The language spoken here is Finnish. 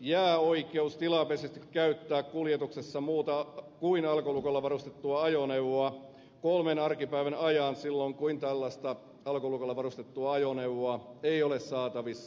jää oikeus tilapäisesti käyttää kuljetuksessa muuta kuin alkolukolla varustettua ajoneuvoa kolmen arkipäivän ajan silloin kun tällaista alkolukolla varustettua ajoneuvoa ei ole saatavissa